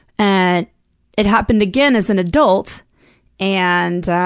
and it happened again as an adult and.